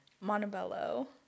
Montebello